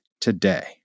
today